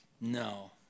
No